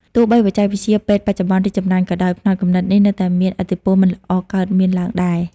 ទោះបីបច្ចេកវិទ្យាពេទ្យបច្ចុប្បន្នរីកចម្រើនក៏ដោយ ផ្នត់គំនិតនេះនៅតែមានឥទ្ធិពលមិនល្អកើតមានឡើងដែរ ។